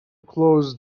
close